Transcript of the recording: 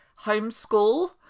homeschool